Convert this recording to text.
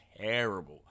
terrible